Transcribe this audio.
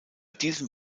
diesem